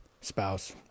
spouse